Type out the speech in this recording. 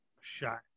shot